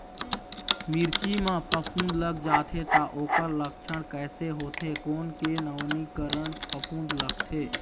मिर्ची मा फफूंद लग जाथे ता ओकर लक्षण कैसे होथे, कोन के नवीनीकरण फफूंद लगथे?